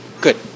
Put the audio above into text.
Good